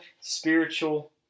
spiritual